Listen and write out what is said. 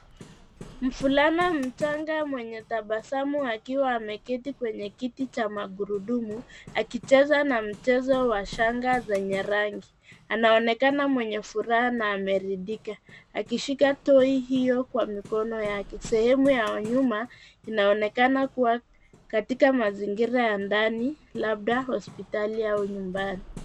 Mfulana mchanga mwenye tabasamu akiwa ameketi kwenye kiti cha magurudumu, akicheza na mchezo wa shanga zenye rangi. Anaonekana mwenye furaha na ameridhika. Akishika toi hiyo kwa mikono yake sehemu ya nyuma, inaonekana kuwa katika mazingira ya ndani labda hospitali au nyumbani.